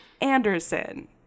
Anderson